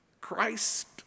Christ